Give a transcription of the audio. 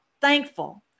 thankful